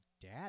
dad